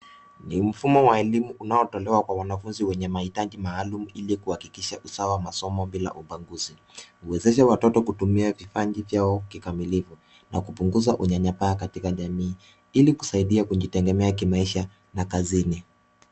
Ni mfumo wa elimu unaotolewa kwa wanafunzi wenye mahitaji maalumu ili kuhakikisha usawa wa masomo bila ubaguzi. Huwezesha watoto kutumia vipaji vyao kikamilifu na kupunguza unyanyapaa katika jamii, ili kusaidia kujitegemea kimaisha na kazini.